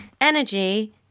Energy